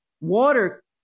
water